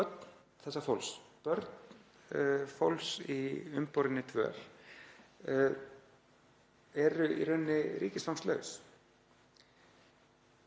börn þessa fólks, börn fólks í umborinni dvöl, eru í rauninni ríkisfangslaus.